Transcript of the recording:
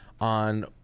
on